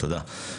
תודה.